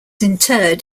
interred